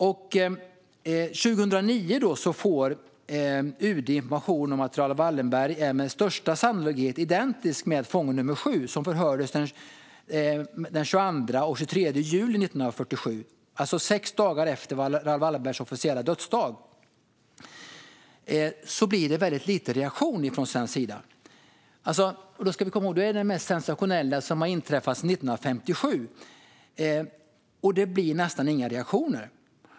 UD får 2009 information om att Raoul Wallenberg med största sannolikhet är identisk med fånge nr 7, som förhördes den 22 och den 23 juli 1947, det vill säga sex dagar efter Raoul Wallenbergs officiella dödsdag. Reaktionen från svensk sida blir väldigt liten. Vi ska komma ihåg att detta är det mest sensationella som har inträffat sedan 1957, och det blir nästan inga reaktioner.